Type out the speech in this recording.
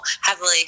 heavily